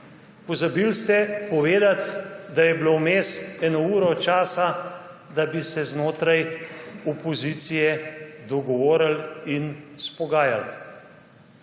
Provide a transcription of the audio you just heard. Pozabili ste povedati, da je bilo vmes eno uro časa, da bi se znotraj opozicije dogovorili in izpogajali.